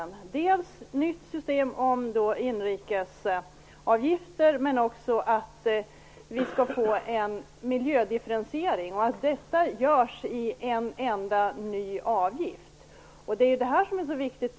Det skall bli dels ett nytt system för inrikesavgifter, dels en miljödifferentiering, och vi menar att detta bör samordnas till en enda ny avgift.